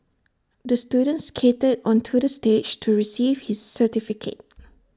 the student skated onto the stage to receive his certificate